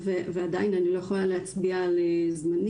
עדיין אני לא יכולה להצביע על זמנים,